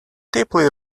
deeply